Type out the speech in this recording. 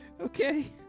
Okay